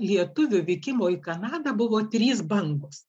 lietuvių vykimo į kanadą buvo trys bangos